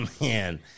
man